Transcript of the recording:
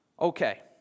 Okay